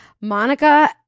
Monica